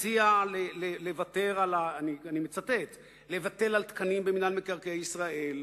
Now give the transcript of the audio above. אני מצטט, הציע לבטל תקנים במינהל מקרקעי ישראל,